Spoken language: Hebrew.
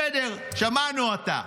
בסדר, שמענו, אתה.